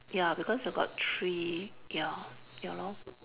ya because got three ya ya lor